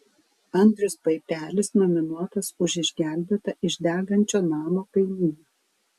andrius paipelis nominuotas už išgelbėtą iš degančio namo kaimyną